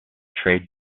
trade